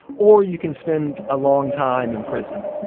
or you can spend a long time in prison.